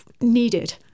needed